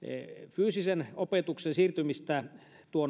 fyysisen opetuksen siirtymistä